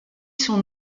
son